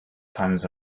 times